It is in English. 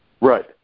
Right